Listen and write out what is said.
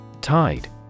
Tide